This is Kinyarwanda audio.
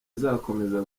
izakomeza